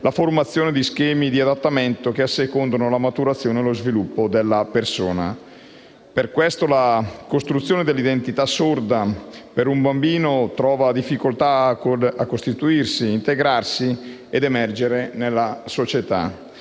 la formazione degli schemi di adattamento, che assecondano la formazione e lo sviluppo della persona. Per questo motivo la costruzione dell'identità sorda per un bambino ha difficoltà a costituirsi, a integrarsi e a emergere nella società.